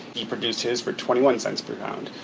he produced his for twenty-one cents per pound.